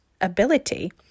ability